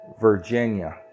Virginia